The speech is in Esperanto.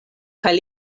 kaj